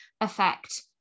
affect